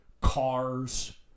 cars